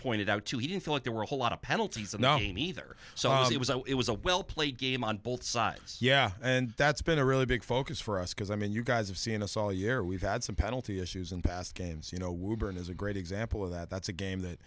pointed out too he didn't feel like there were a whole lot of penalties and no neither so it was a it was a well played game on both sides yeah and that's been a really big focus for us because i mean you guys have seen us all year we've had some penalty issues in past games you know woodburne is a great example of that that's a game that